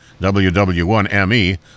WW1ME